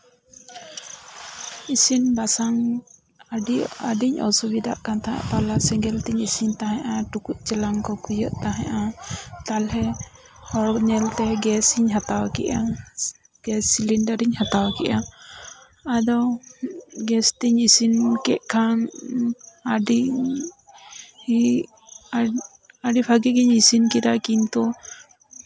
ᱤᱥᱤᱱᱼᱵᱟᱥᱟᱦᱝ ᱟᱹᱰᱤ ᱟᱹᱰᱤᱧ ᱚᱥᱩᱵᱤᱫᱷᱟᱜ ᱠᱟᱱ ᱛᱟᱦᱮᱸᱫ ᱯᱟᱞᱦᱟ ᱥᱮᱸᱜᱟᱞ ᱛᱤᱧ ᱤᱥᱤᱱ ᱛᱟᱦᱮᱱᱼᱟ ᱴᱩᱠᱩᱡᱼᱪᱮᱞᱟᱝ ᱠᱚ ᱠᱩᱭᱟᱹᱜ ᱛᱟᱦᱮᱸᱫᱼᱟ ᱛᱟᱞᱦᱮ ᱦᱚᱲ ᱧᱮᱞᱛᱮ ᱜᱮᱥᱤᱧ ᱦᱟᱛᱟᱣ ᱠᱮᱫᱼᱟ ᱜᱮᱥ ᱥᱤᱞᱤᱱᱰᱟᱨᱤᱧ ᱦᱟᱛᱟᱣ ᱠᱮᱫᱼᱟ ᱟᱫᱚ ᱜᱮᱥ ᱛᱤᱧ ᱤᱥᱤᱱ ᱠᱮᱫ ᱠᱷᱟᱱ ᱟᱹᱰᱤ ᱤᱜ ᱟᱹᱰᱤ ᱵᱷᱟᱹᱜᱤ ᱜᱤᱧ ᱤᱥᱤᱱ ᱠᱮᱫᱟ ᱠᱤᱱᱛᱩ